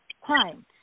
crime